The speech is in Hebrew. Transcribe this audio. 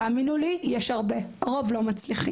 תאמינו לי, יש הרבה, הרוב לא מצליחים.